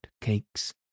cakes